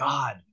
God